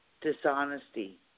dishonesty